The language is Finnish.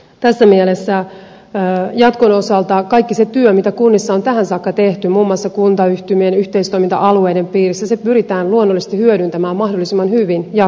tässä mielessä kaikki se työ mitä kunnissa on tähän saakka tehty muun muassa kuntayhtymien yhteistoiminta alueiden piirissä pyritään luonnollisesti hyödyntämään mahdollisimman hyvin jatkossa